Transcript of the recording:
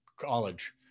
college